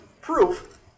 proof